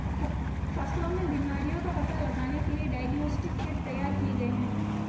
फसलों में बीमारियों का पता लगाने के लिए डायग्नोस्टिक किट तैयार किए गए हैं